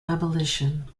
abolition